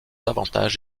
avantages